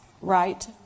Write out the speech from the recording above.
Right